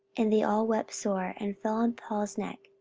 and they all wept sore, and fell on paul's neck,